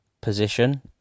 position